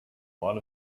lot